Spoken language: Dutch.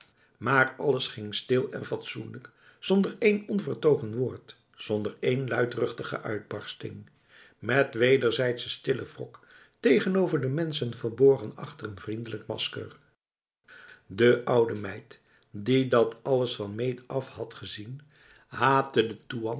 maar alles ging stil en fatsoenlijk zonder één onvertogen woord zonder één luidruchtige uitbarsting met wederzijdse stille wrok tegenover de mensen verborgen achter een vriendelijk masker de oude meid die dat alles van meet af had gezien haatte